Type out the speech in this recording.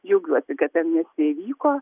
džiaugiuosi kad ta amnestija įvyko